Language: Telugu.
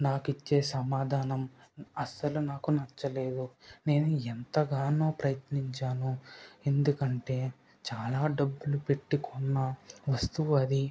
నాకు ఇచ్చే సమాధానం అస్సలు నాకు నచ్చలేదు నేను ఎంతగానో ప్రయత్నించాను ఎందుకంటే చాలా డబ్బులు పెట్టి కొన్న వస్తువు అది